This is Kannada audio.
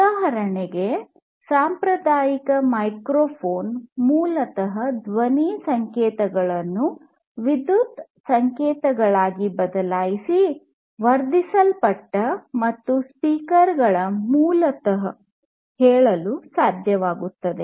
ಉದಾಹರಣೆಗೆ ಸಾಂಪ್ರದಾಯಿಕ ಮೈಕ್ರೋಫೋನ್ ಮೂಲತಃ ದ್ವನಿ ಸಂಕೇತಗಳನ್ನು ವಿದ್ಯುತ್ ಸಂಕೇತಗಳಾಗಿ ಬದಲಾಯಿಸಿ ವರ್ಧಿಸಲ್ಪಟ್ಟು ಮತ್ತು ಸ್ಪೀಕರ್ ಗಳ ಮೂಲಕ ಹೇಳಲು ಸಾಧ್ಯವಾಗುತ್ತದೆ